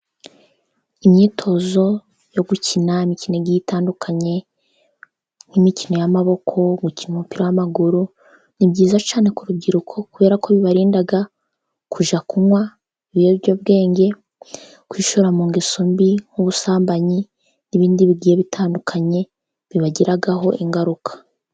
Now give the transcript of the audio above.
Imyitozo yo gukina imikino igiye itandukanye, nk'imikino y'amaboko, gukina umupira w'amaguru ni byiza cyane ko urubyiruko kubera ko bibarinda; kujya kunywa ibiyobyabwenge, kwishora mu ngeso mbi nk'ubusambanyi n'ibindi bigiye bitandukanye bibagiraho ingaruka.